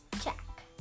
check